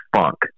funk